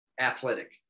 athletic